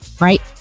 Right